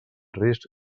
risc